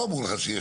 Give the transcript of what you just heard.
אני די בטוח שכן,